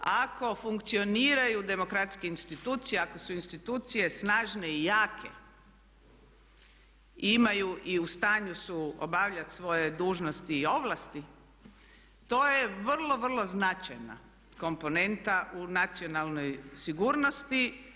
Ako funkcioniraju demokratske institucije, ako su institucije snažne i jake i imaju i u stanju su obavljati svoje dužnosti i ovlasti to je vrlo, vrlo značajna komponenta u nacionalnoj sigurnosti.